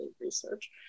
research